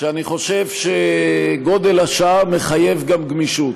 שאני חושב שגודל השעה מחייב גם גמישות,